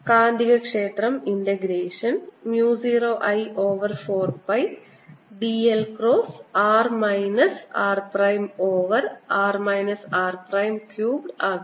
കാന്തികക്ഷേത്രം integration mu 0 I over 4 pi dl cross r minus r prime over r minus r prime cubed ആകുന്നു